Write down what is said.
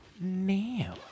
now